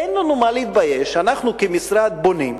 אין לנו מה להתבייש, אנחנו כמשרד בונים.